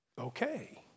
okay